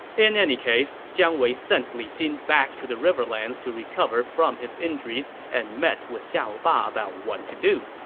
in any case, jiang wei sent li xin back to the riverlands to recover from his injuries and met with xiahou ba about what to do.